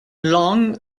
long